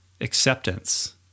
acceptance